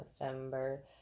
November